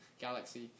Galaxy